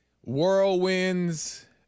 whirlwinds